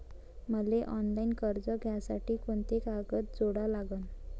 मले ऑफलाईन कर्ज घ्यासाठी कोंते कागद जोडा लागन?